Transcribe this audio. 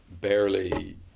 barely